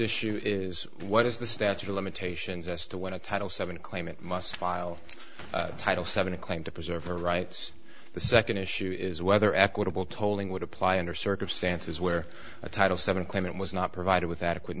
issue is what is the statute of limitations us to win a title seven claimant must file title seven a claim to preserve her rights the second issue is whether equitable tolling would apply under circumstances where a title seven claimant was not provided with adequate